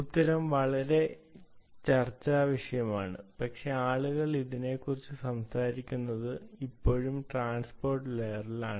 ഉത്തരം വളരെ ചർച്ചാവിഷയമാണ് പക്ഷേ ആളുകൾ ഇതിനെക്കുറിച്ച് സംസാരിക്കുന്നത് ഇപ്പോഴും ട്രാൻസ്പോർട്ട് ലെയറിലാണ്